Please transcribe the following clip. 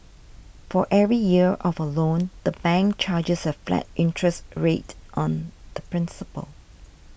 for every year of a loan the bank chargers a flat interest rate on the principal